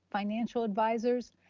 financial advisors,